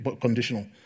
conditional